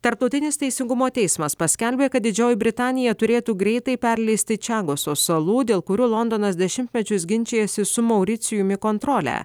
tarptautinis teisingumo teismas paskelbė kad didžioji britanija turėtų greitai perleisti čiagoso salų dėl kurių londonas dešimtmečius ginčijasi su mauricijumi kontrolę